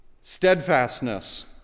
steadfastness